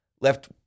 left